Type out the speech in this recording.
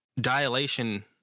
dilation